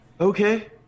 okay